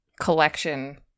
collection